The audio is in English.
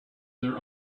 their